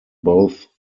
both